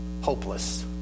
hopeless